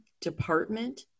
department